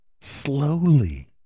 Slowly